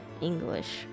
English